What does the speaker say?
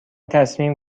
تصمیم